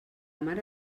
mare